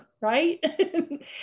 right